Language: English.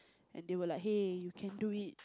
and they will like hey you can do it